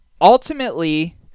ultimately